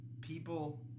people